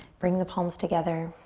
bring the palms together.